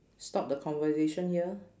stop the conversation here